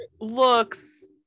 looks